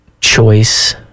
choice